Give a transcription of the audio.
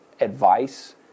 advice